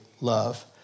love